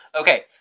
Okay